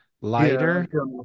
lighter